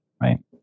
right